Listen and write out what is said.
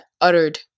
uttered